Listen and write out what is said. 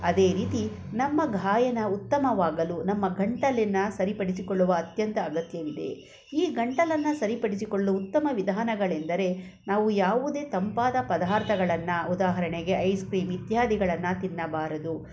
ಅದೇ ರೀತಿ ನಮ್ಮ ಗಾಯನ ಉತ್ತಮವಾಗಲು ನಮ್ಮ ಗಂಟಲಿನ ಸರಿಪಡಿಸಿಕೊಳ್ಳುವ ಅತ್ಯಂತ ಅಗತ್ಯವಿದೆ ಈ ಗಂಟಲನ್ನು ಸರಿಪಡಿಕೊಳ್ಳುವ ಉತ್ತಮ ವಿಧಾನಗಳೆಂದರೆ ನಾವು ಯಾವುದೇ ತಂಪಾದ ಪದಾರ್ಥಗಳನ್ನು ಉದಾಹರಣೆಗೆ ಐಸ್ ಕ್ರೀಮ್ ಇತ್ಯಾದಿಗಳನ್ನು ತಿನ್ನಬಾರದು